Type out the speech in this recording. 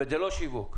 מידע לא שיווק.